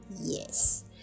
Yes